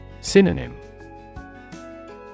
Synonym